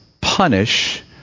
punish